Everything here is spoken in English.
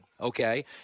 Okay